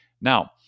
Now